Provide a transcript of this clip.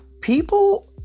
people